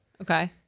Okay